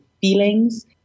feelings